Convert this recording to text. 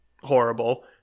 horrible